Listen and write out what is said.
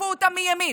איגפו אותם מימין,